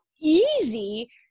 easy